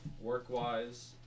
work-wise